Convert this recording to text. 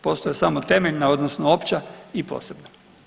Postoje samo temeljna odnosno opća i posebna.